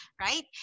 right